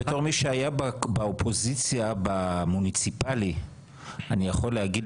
בתור מי שהיה באופוזיציה במוניציפלי אני יכול להגיד